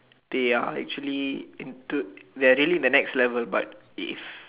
they are actually into they are really the next level but if